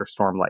stormlight